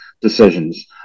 decisions